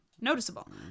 noticeable